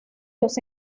los